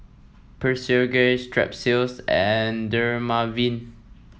Physiogel Strepsils and Dermaveen